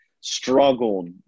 struggled